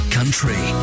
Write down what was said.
Country